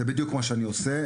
זהה בדיוק מה שאני עושה.